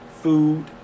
food